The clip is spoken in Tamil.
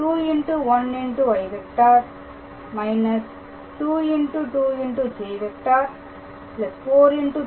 2j 4